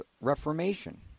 Reformation